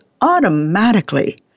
automatically